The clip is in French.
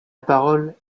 parole